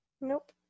Nope